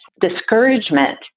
discouragement